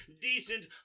decent